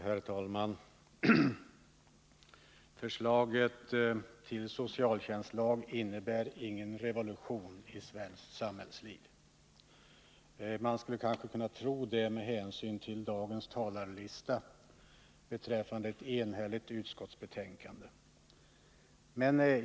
Herr talman! Förslaget till socialtjänstlag innebär ingen revolution i svenskt samhällsliv — vilket man kanske kunde tro med hänsyn till dagens talarlista beträffande ett enhälligt utskottsbetänkande.